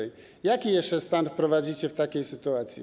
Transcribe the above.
Jaki jeszcze stan wprowadzicie w takiej sytuacji?